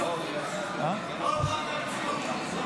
בבקשה.